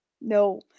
No